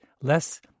Less